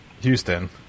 Houston